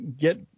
get